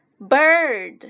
bird